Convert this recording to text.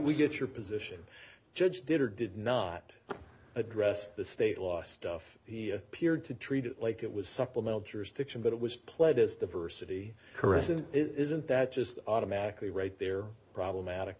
we get your position judge did or did not address the state law stuff he appeared to treat it like it was supplemental jurisdiction but it was played as diversity caress and it isn't that just automatically right there problematic